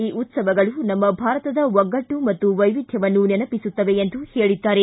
ಈ ಉತ್ಸವಗಳು ನಮ್ಮ ಭಾರತದ ಒಗ್ಗಟ್ಟು ಮತ್ತು ವೈವಿಧ್ಯವನ್ನು ನೆನಪಿಸುತ್ತವೆ ಎಂದು ಹೇಳಿದ್ದಾರೆ